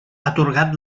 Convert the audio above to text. atorgat